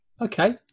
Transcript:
okay